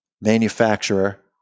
manufacturer